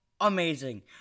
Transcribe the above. amazing